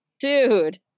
dude